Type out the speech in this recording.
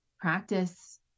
practice